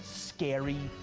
scary,